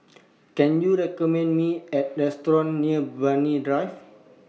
Can YOU recommend Me A Restaurant near Banyan Drive